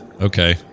okay